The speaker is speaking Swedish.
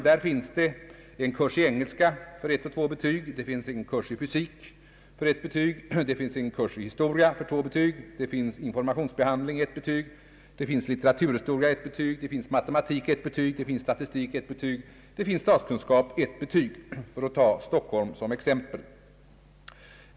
Det finns här en kurs i engelska för 1 och 2 betyg, i fysik för 1 betyg, i historia för 2 betyg, i informationsbehandling för 1 betyg, i litteraturhistoria för 1 betyg, i matematik för 1 betyg, i statistik för 1 betyg och i statskunskap för 1 betyg, för att ta Stockholm som exempel.